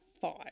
five